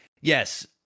yes